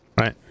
Right